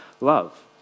love